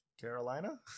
carolina